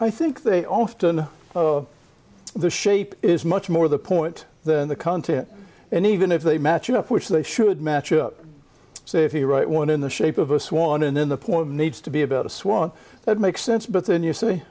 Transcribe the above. i think they often the shape is much more the point than the content and even if they match up which they should match up so if you write one in the shape of a swan and then the point needs to be about a swan that makes sense but then you say